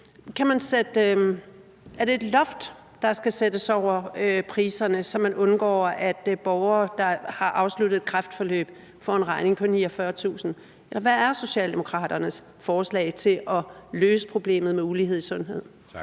Er det et loft, der skal sættes over priserne, så man undgår, at borgere, der har afsluttet et kræftforløb, får en regning på 49.000 kr., eller hvad er Socialdemokraternes forslag til at løse problemet med ulighed i sundhed? Kl.